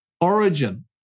origin